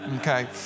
okay